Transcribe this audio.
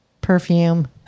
perfume